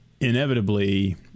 inevitably